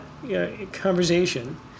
conversation